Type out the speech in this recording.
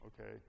okay